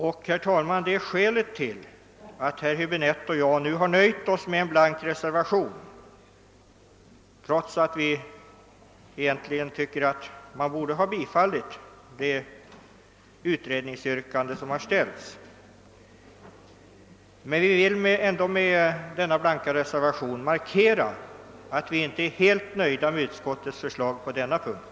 Detta är skälet, herr talman, till att herr Hiäbinette och jag nu har nöjt oss med en blank reservation trots att vi egentligen tycker att utskottet borde ha tillstyrkt det utredningsyrkande som har framställts. Vi vill ändå med denna blanka reservation markera att vi inte är helt nöjda med utskottets förslag på denna punkt.